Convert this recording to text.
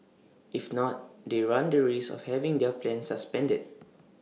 if not they run the risk of having their plan suspended